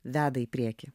veda į priekį